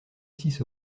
six